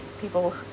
people